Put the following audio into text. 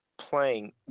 playing